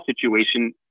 situation